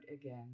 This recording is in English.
again